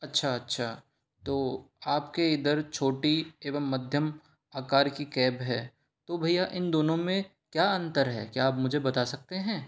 अच्छा अच्छा तो आपके इधर छोटी एवं मध्यम आकार की कैब है तो भैया इन दोनों में क्या अंतर है क्या आप मुझे बता सकते हैं